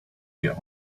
get